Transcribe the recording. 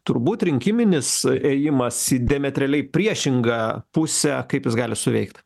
turbūt rinkiminis ėjimas į diametraliai priešingą pusę kaip jis gali suveikt